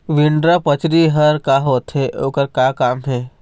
Withdraw परची हर का होते, ओकर का काम हे?